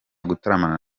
gutaramana